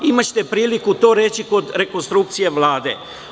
Imaćete priliku to reći kod rekonstrukcije Vlade.